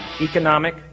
economic